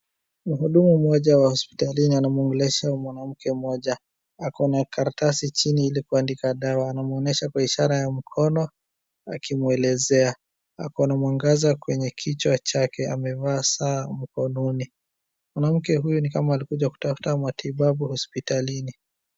Mhudumu mmoja wa hospitalini anamwongelesha mwanamke mmoja ako na karatasi chini ili kuandika dawa anamwonyesha kwa ishara ya mkono akimwelezea. Ako na mwangaza kwenye kichwa chake, amevaa saa mkononi mwanamke huyo ni kama alikuja kutafuta matibabu hospitalini.